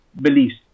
beliefs